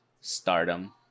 stardom